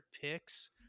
picks